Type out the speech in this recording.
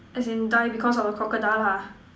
as in die because of the crocodile lah